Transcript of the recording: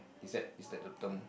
is that is that the term